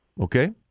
Okay